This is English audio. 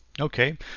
Okay